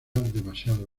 demasiado